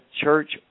church